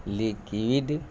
liquid